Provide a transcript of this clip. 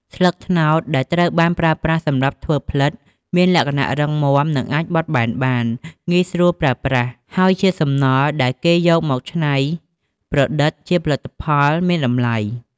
ស្លឹកត្នោតដែលត្រូវបានប្រើសម្រាប់ធ្វើផ្លិត មានលក្ខណៈរឹងមាំ និងអាចបត់បាន ងាយស្រួលប្រើប្រាស់ ហើយជាសំណល់ដែលគេយកមកច្នៃប្រឌិតជាផលិត ផលមានតម្លៃ។